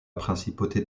principauté